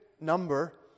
number